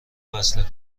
وصله